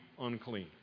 unclean